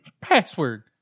password